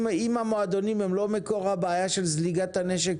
אם המועדונים הם לא מקור הבעיה של זליגת הנשק